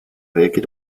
reagiert